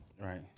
right